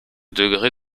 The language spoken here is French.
degré